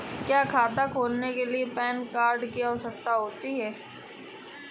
क्या खाता खोलने के लिए पैन कार्ड की आवश्यकता होती है?